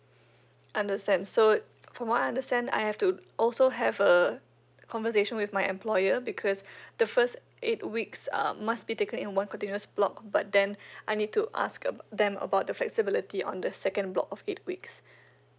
understand so from what I understand I have to also have a conversation with my employer because the first eight weeks um must be taken in one continuous block but then I need to ask about them about the flexibility on the second block of eight weeks